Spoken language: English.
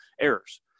errors